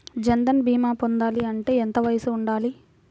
జన్ధన్ భీమా పొందాలి అంటే ఎంత వయసు ఉండాలి?